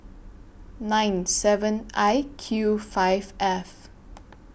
nine seven I Q five F